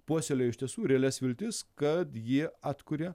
puoselėjo iš tiesų realias viltis kad jie atkuria